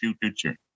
future